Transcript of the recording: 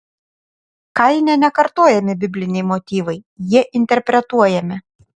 kaine nekartojami bibliniai motyvai jie interpretuojami